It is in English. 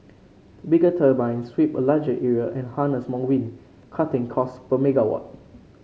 bigger turbines sweep a larger area and harness more wind cutting costs per megawatt